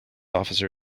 officer